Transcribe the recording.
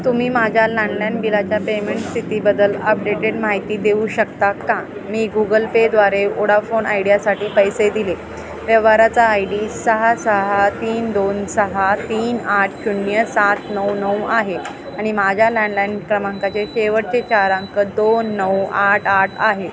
तुम्ही माझ्या लँडलाईन बिलाच्या पेमेंट स्थितीबद्दल अपडेटेड माहिती देऊ शकता का मी गुगल पेद्वारे ओडाफोन आयडीयासाठी पैसे दिले व्यवहाराचा आयडी सहा सहा तीन दोन सहा तीन आठ शून्य सात नऊ नऊ आहे आणि माझ्या लँडलाईन क्रमांकाचे शेवटचे चार अंक दोन नऊ आठ आठ आहेत